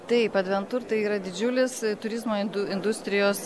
taip adventur tai yra didžiulis turizmo industrijos